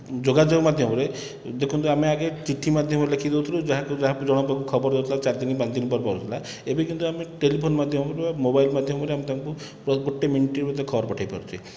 ଯୋଗାଯୋଗ ମାଧ୍ୟମରେ ହୁଏ ଦେଖନ୍ତୁ ଆମେ ଆଗେ ଚିଠି ମାଧ୍ୟମରେ ଲେଖିକି ଦେଉଥିଲୁ ଯାହାକୁ ଯାହା ଜଣଙ୍କ ପାଖକୁ ଖବର ଜଣଙ୍କ ପାଖକୁ ଖବର ଯାଉଥିଲା ଚାରିଦିନ ପାଞ୍ଚଦିନ ପରେ ପହଞ୍ଚୁଥିଲା ଏବେ କିନ୍ତୁ ଆମେ ଟେଲିଫୋନ ମାଧ୍ୟମରେ ମୋବାଇଲ ମାଧ୍ୟମରେ ଆମେ ତାଙ୍କୁ ପ୍ର ଗୋଟିଏ ମିନିଟ ମଧ୍ୟରେ ଖବର ପଠେଇ ପାରୁଛେ